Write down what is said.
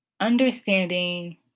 Understanding